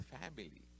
family